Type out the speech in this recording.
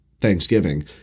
thanksgiving